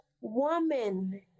Woman